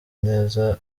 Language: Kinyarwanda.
neza